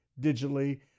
digitally